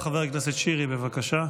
חבר הכנסת שירי, בבקשה.